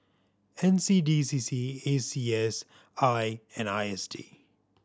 N C D C C A C S I and I S D